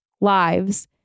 lives